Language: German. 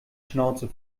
schnauze